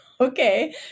okay